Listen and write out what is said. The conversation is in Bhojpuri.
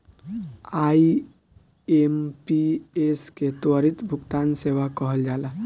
आई.एम.पी.एस के त्वरित भुगतान सेवा कहल जाला